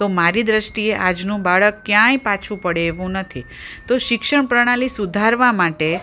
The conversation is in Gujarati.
તો મારી દૃષ્ટિએ આજનું બાળક ક્યાંય પાછું પડે એવું નથી તો શિક્ષણ પ્રણાલી સુધારવા માટે